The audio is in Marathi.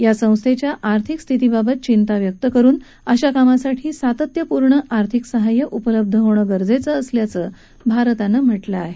या संस्थेच्या आर्थिक स्थितीबाबत चिंता व्यक्त करुन अशा कामासाठी सातत्यपूर्ण आर्थिक सहाय्य उपलब्ध होणं गरजेचं असल्याचं भारतानं म्हटलं आहे